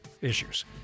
issues